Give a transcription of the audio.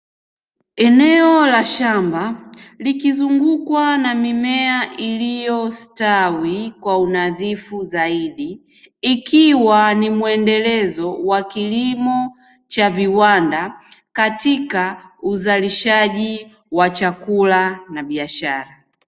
Eneo la shamba ilikizungukwa na mimea iliyostawi kwa unadhifu zaidi. Ikiwa ni mwendelezo wa kilimo cha viwanda katika uzalishaji wa chakula na biashara.